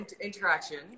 interaction